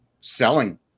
selling